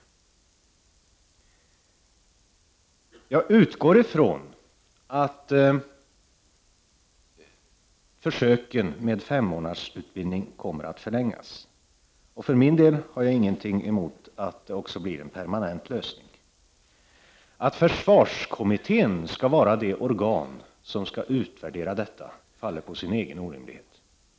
Jag utgår från att försöken med femmånadersutbildning kommer att förlängas. För min del har jag ingenting emot att det blir en permanent lösning. Att försvarskommittén skall vara det organ som skall utvärdera detta faller på sin egen orimlighet.